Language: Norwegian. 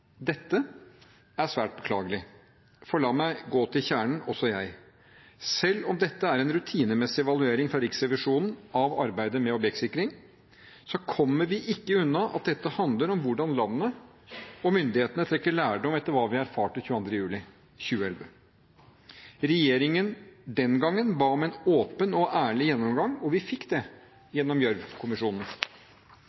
Dette er svært beklagelig. La meg gå til kjernen, også jeg: Selv om dette er en rutinemessig evaluering fra Riksrevisjonen av arbeidet med objektsikring, kommer vi ikke unna at dette handler om hvordan landet og myndighetene trekker lærdom av hva vi erfarte 22. juli 2011. Regjeringen den gangen ba om en åpen og ærlig gjennomgang, og vi fikk det,